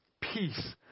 peace